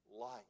light